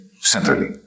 centrally